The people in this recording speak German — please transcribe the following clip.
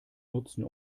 nutzen